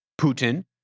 Putin